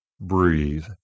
breathe